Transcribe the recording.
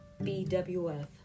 BWF